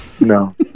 No